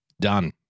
Done